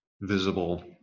visible